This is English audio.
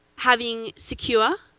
having secure